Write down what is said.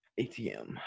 ATM